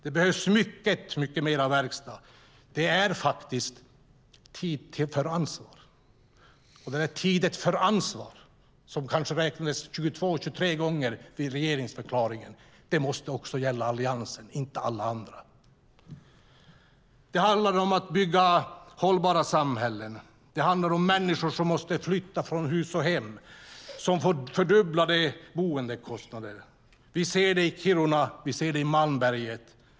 Det behövs mycket mer verkstad. Det är tid för ansvar. Detta med tid för ansvar räknades upp kanske 22, 23 gånger i regeringsförklaringen. Det måste också gälla Alliansen och inte bara alla andra. Det handlar om att bygga hållbara samhällen. Det handlar om människor som måste flytta från hus och hem och som får fördubblade boendekostnader. Vi ser det i Kiruna och Malmberget.